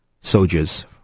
soldiers